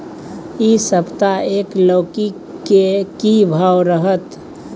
इ सप्ताह एक लौकी के की भाव रहत?